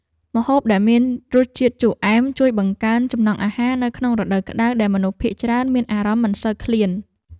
ម្ហូបដែលមានរសជាតិជូរអែមជួយបង្កើនចំណង់អាហារនៅក្នុងរដូវក្តៅដែលមនុស្សភាគច្រើនមានអារម្មណ៍មិនសូវឃ្លាន។